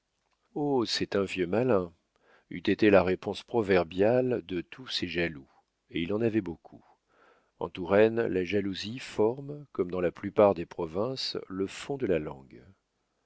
c'est un vieux malin eût été la réponse proverbiale de tous ses jaloux et il en avait beaucoup en touraine la jalousie forme comme dans la plupart des provinces le fond de la langue